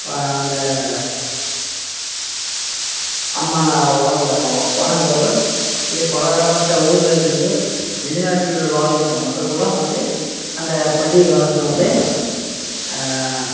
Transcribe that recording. அந்த அம்மனை வலங்கு வணங்குவார்கள் இது பலதரப்பட்ட ஊரில் இருந்து வெளிநாட்டில் வாழ்கின்ற மக்கள் கூட வந்து அந்த பண்டிகை காலத்தில் வந்து